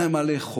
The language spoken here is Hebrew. אין להם מה לאכול.